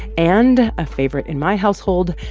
and, a favorite in my household,